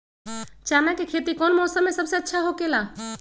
चाना के खेती कौन मौसम में सबसे अच्छा होखेला?